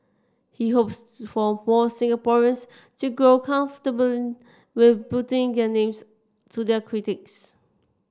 he hopes for more Singaporeans to grow comfortable with putting their names to their critiques